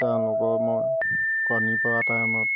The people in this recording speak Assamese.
তেওঁলোকৰ মই কণী পৰা টাইমত